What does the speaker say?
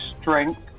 strength